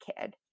kid